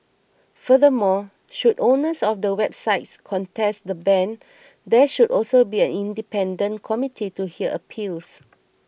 furthermore should owners of the websites contest the ban there should also be an independent committee to hear appeals